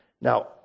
Now